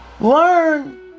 Learn